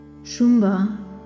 Shumba